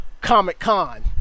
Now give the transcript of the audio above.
Comic-Con